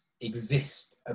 exist